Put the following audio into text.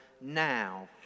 now